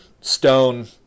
stone